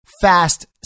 fast